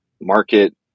market